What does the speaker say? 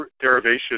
derivation